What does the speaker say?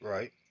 Right